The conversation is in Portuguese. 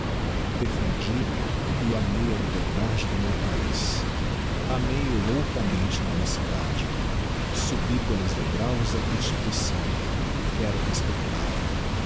defendi e amei a liberdade do meu paiz amei o loucamente na mocidade subi pelos degraus da constituição quero respeital a